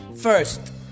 First